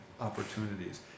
opportunities